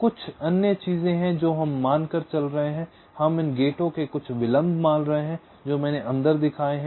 कुछ अन्य चीजें हैं जो हम हम मान कर चल रहे हैं हम इन गेटों के कुछ विलंब मान रहे हैं जो मैंने अंदर दिखाए हैं